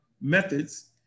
methods